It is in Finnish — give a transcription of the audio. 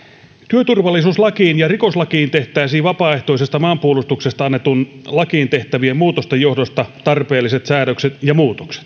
työturvallisuuslakiin ja rikoslakiin tehtäisiin vapaaehtoisesta maanpuolustuksesta annettuun lakiin tehtävien muutosten johdosta tarpeelliset säädökset ja muutokset